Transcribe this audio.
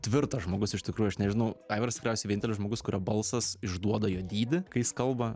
tvirtas žmogus iš tikrųjų aš nežinau aivaras tikriausiai vienintelis žmogus kurio balsas išduoda jo dydį kai jis kalba